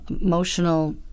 emotional